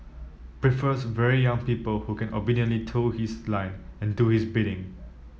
prefers very young people who can obediently toe his line and do his bidding